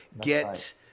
Get